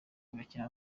agakina